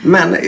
Men